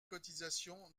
cotisations